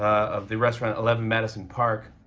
of the restaurant eleven madison park,